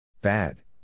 Bad